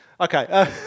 Okay